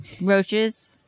Roaches